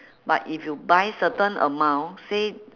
but if you buy certain amount say